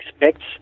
expects